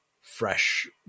fresh